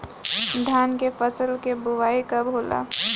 धान के फ़सल के बोआई कब होला?